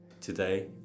Today